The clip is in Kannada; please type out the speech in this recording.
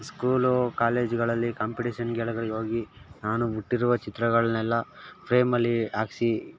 ಸ್ಕೂಲು ಕಾಲೇಜ್ಗಳಲ್ಲಿ ಕಾಂಪಿಟೇಶನ್ಗಳಿಗೆ ಹೋಗಿ ನಾನು ಬಿಟ್ಟಿರುವ ಚಿತ್ರಗಳನ್ನೆಲ್ಲ ಫ್ರೇಮಲ್ಲಿ ಹಾಕ್ಸಿ